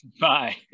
Bye